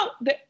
no